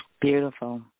Beautiful